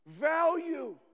value